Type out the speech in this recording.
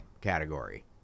category